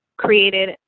created